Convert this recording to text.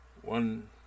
one